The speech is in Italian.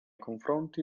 confronti